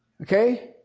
Okay